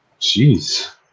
Jeez